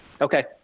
Okay